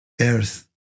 earth